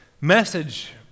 message